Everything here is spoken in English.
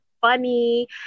funny